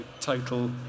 total